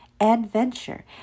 adventure